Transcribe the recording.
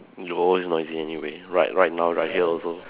you always noisy anyway right right now right here also